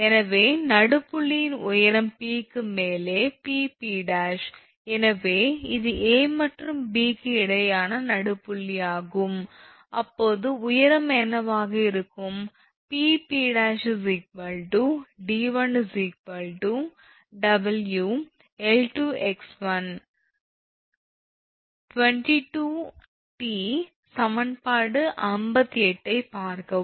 எனவே நடுப்புள்ளியின் உயரம் 𝑃 க்கு மேலே 𝑃𝑃′ எனவே இது 𝐴 மற்றும் B க்கு இடையேயான நடுப்புள்ளியாகும் அப்போது உயரம் என்னவாக இருக்கும் 𝑃𝑃 ′ 𝑑1 𝑊 𝐿2 𝑥1 22𝑇 சமன்பாடு 58 ஐப் பார்க்கவும்